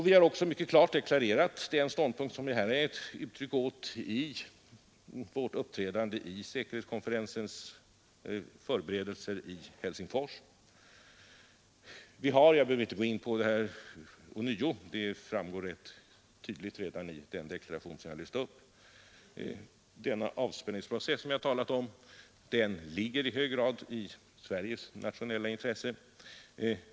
Vi har också mycket klart deklarerat den ståndpunkt som detta är ett uttryck för vid vårt deltagande i säkerhetskonferensens förberedelser i Helsingfors. Den avspänningsprocess som jag har talat om ligger i hög grad — vilket framgår tydligt redan av den deklaration som jag läst upp — i Sveriges nationella intresse.